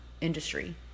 industry